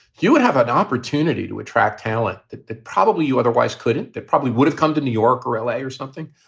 you would have an opportunity to attract talent that that probably you otherwise couldn't. that probably would have come to new york or l a. or something.